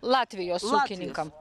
latvijos ūkininkam